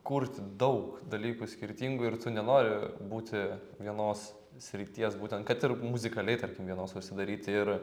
kurti daug dalykų skirtingų ir tu nenori būti vienos srities būtent kad ir muzikaliai tarkim vienos užsidaryti ir